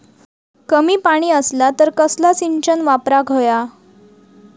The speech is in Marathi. कमी पाणी असला तर कसला सिंचन वापराक होया?